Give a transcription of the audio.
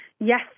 Yes